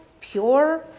pure